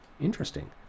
interesting